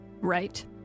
right